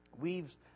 weaves